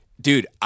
Dude